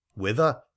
Whither